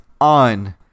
on